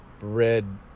red